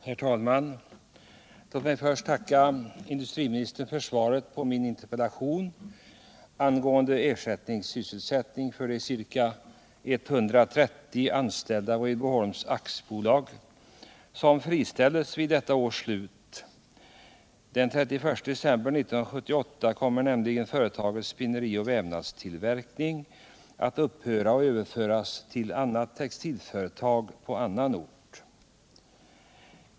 Herr talman! Låt mig först tacka industriministern för svaret på min interpellation angående ersättningssysselsättning för de ca 130 anställda vid Rydboholms AB som kommer att friställas vid detta års slut. Den 31 december 1978 kommer nämligen företagets spinnerioch väveriverksamhet att upphöra och tillverkningen överföras till annat textilföretag på annan ort.